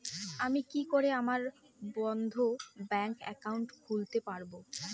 আমি কি করে আমার বন্ধ ব্যাংক একাউন্ট খুলতে পারবো?